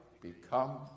become